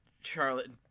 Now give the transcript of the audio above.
Charlotte